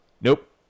Nope